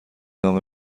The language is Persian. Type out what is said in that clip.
نامه